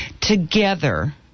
together